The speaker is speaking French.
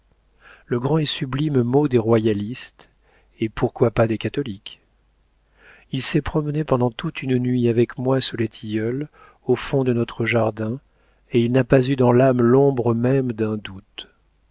le grand et sublime mot des royalistes et pourquoi pas des catholiques il s'est promené pendant toute une nuit avec moi sous les tilleuls au fond de notre jardin et il n'a pas eu dans l'âme l'ombre même d'un doute